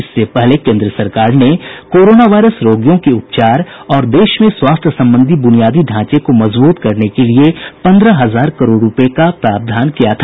इससे पहले केन्द्र सरकार ने कोरोना वायरस रोगियों के उपचार और देश में स्वास्थ्य संबंधी बुनियादी ढांचे को मजूबत करने के लिए पन्द्रह हजार करोड़ रुपये का प्रवाधान किया था